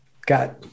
got